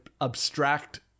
abstract